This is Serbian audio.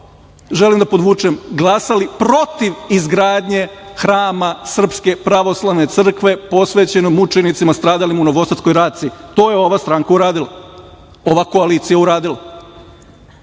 želim da podvučem, glasali protiv izgradnje hrama SPC posvećen mučenicima stradalim u novosadskoj raciji. To je ova stranka uradila, ova koalicija uradila